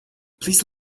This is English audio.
please